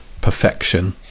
perfection